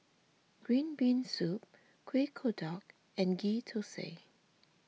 Green Bean Soup Kuih Kodok and Ghee Thosai